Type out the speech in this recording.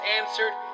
answered